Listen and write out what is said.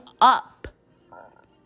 up